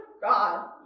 God